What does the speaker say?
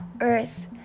Earth